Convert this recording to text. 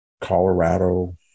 Colorado